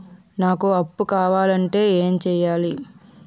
నాకు అప్పు కావాలి అంటే ఎం చేయాలి?